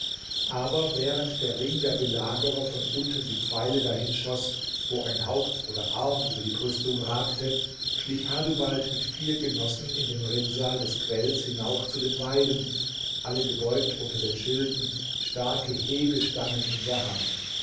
aber während der ring der belagerer von unten die pfeile dahin schoß wo ein haupt oder arm über die brüstung ragte schlich hadubald mit vier genossen in dem rinnsal des quells hinauf zu den weiden alle gebeugt unter den schilden starke hebestangen in der hand